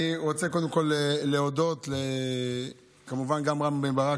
אני רוצה קודם כול להודות כמובן גם לרם בן ברק,